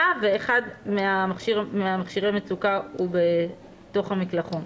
ואחד ממכשירי המצוקה הוא בתוך המקלחון.